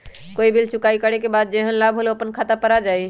कोई बिल चुकाई करे के बाद जेहन लाभ होल उ अपने खाता पर आ जाई?